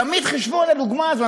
תמיד חשבו על הדוגמה הזאת.